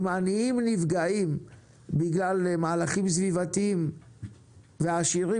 אם העניים נפגעים בגלל מהלכים סביבתיים והעשירים